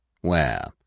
Where